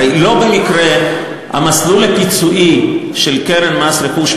הרי לא במקרה המסלול הפיצויי של קרן מס רכוש,